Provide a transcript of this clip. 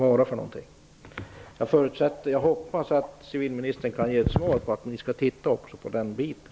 Jag hoppas att civilministern kan ge besked om att ni skall se över också denna fråga.